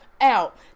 out